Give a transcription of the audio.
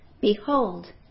Behold